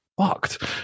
fucked